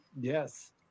Yes